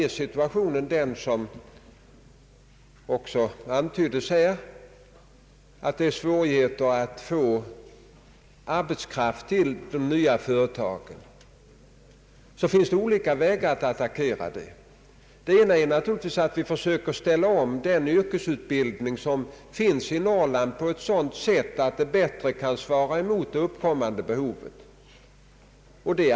Är situationen sådan, som också antytts här, att det föreligger svårigheter att få arbetskraft till de nya företagen finns olika vägar att attackera det problemet. En utväg är att försöka ställa om den yrkesutbildning som bedrives i Norrland på sådant sätt att den bättre svarar mot det uppkommande behovet.